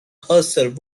herself